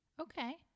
Okay